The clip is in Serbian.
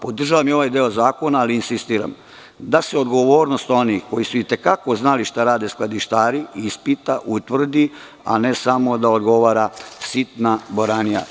Podržavam i ovaj deo zakona, ali insistiram da se odgovornost onih koji su i te kako znali šta rade skladištari ispita, utvrdi, a ne samo da odgovara sitna boranija.